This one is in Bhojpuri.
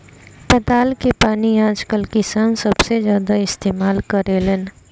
पताल के पानी आजकल किसान सबसे ज्यादा इस्तेमाल करेलेन